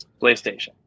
playstation